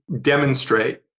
demonstrate